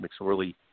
McSorley